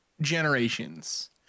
generations